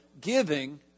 giving